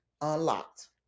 unlocked